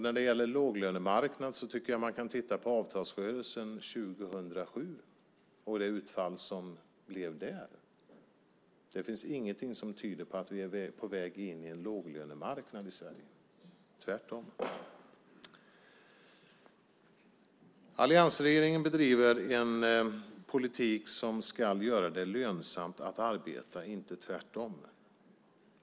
När det gäller låglönemarknad kan man titta på avtalsrörelsen för 2007 och det utfall som blev där. Det finns ingenting som tyder på att vi är på väg in i en låglönemarknad i Sverige, tvärtom. Alliansregeringen bedriver en politik som ska göra det lönsamt att arbeta och inte tvärtom.